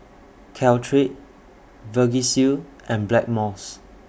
Caltrate Vagisil and Blackmores